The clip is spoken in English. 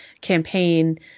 campaign